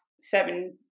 seven